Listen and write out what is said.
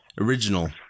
original